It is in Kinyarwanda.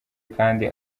kandi